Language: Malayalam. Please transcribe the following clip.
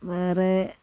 വേറെ